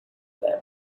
them